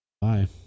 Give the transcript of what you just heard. Bye